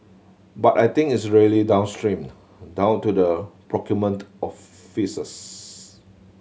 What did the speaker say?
but I think it's really downstream down to the procurement offices